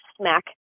smack